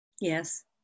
Yes